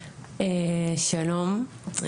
שלום,